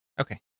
Okay